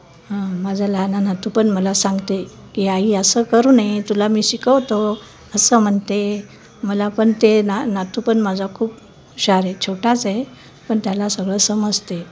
हां माझा लहान नातू पण मला सांगते की आई असं करू नये तुला मी शिकवतो असं म्हणते मला पण ते ना नातू पण माझा खूप हुशार आहे छोटाच आहे पण त्याला सगळं समजते